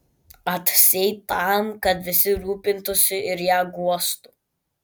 atseit tam kad visi rūpintųsi ir ją guostų